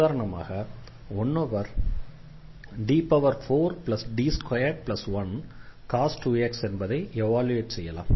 உதாரணமாக 1D4D21cos 2x என்பதை evaluate செய்யலாம்